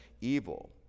evil